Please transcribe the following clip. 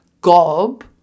Gob